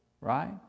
right